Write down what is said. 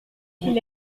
qu’il